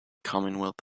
commonwealth